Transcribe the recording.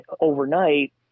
overnight